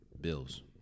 Bills